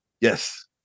Yes